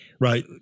Right